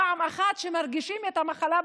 פעם אחת שמרגישים את המחלה בגוף,